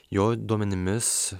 jo duomenimis